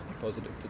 positive